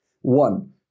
One